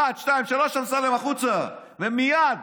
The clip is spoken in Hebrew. אחת, שתיים, שלוש, אמסלם החוצה, ומייד